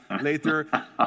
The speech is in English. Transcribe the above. later